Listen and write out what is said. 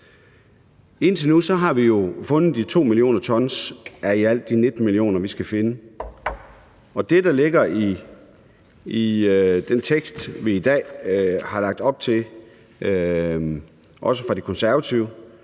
Indtil nu har vi jo fundet de 2 mio. t af de i alt 19 mio. t, vi skal finde, og det, der ligger i den tekst, vi i dag har lagt op til, også fra De Konservative,